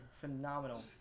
phenomenal